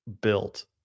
built